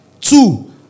Two